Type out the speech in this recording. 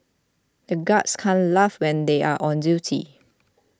the guards can't laugh when they are on duty